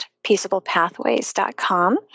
peaceablepathways.com